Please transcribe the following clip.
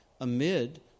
Amid